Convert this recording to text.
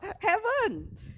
Heaven